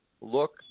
Look